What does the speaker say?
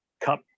cup